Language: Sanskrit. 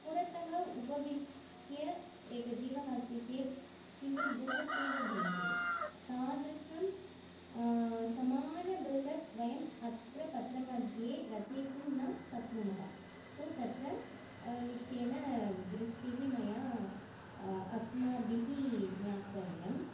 पुरतः उपविश्य एकजीवः अस्ति चेत् किञ्चित् बृहत् एव भविष्यति तादृशं समानं बृहत् वयम् अत्र पत्रमध्ये रचयितुं न शक्नुमः सो तत्र निश्चयेन दृष्टिः मया अस्माभिः ज्ञातव्यं